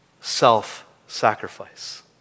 self-sacrifice